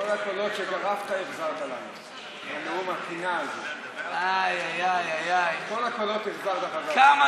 תודה רבה לחבר הכנסת יאיר לפיד.